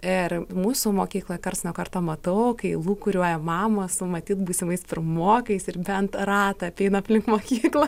ir mūsų mokykloj karts nuo karto matau kai lūkuriuoja mamos su matyt būsimais pirmokais ir bent ratą apeina aplink mokyklą